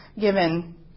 given